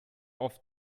oft